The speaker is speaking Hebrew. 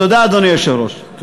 תודה, אדוני היושב-ראש.